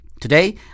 Today